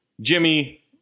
Jimmy